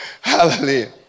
Hallelujah